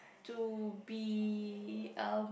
to be um